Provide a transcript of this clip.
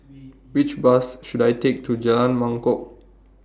Which Bus should I Take to Jalan Mangkok